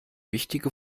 wichtige